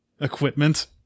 equipment